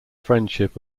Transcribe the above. friendship